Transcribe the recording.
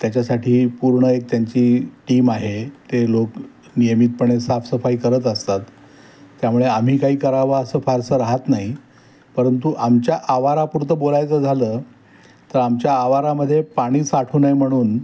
त्याच्यासाठी पूर्ण एक त्यांची टीम आहे ते लोक नियमितपणे साफसफाई करत असतात त्यामुळे आम्ही काही करावं असं फारसं राहत नाही परंतु आमच्या आवारापुरतं बोलायचं झालं तर आमच्या आवारामध्ये पाणी साठू नये म्हणून